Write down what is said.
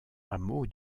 hameau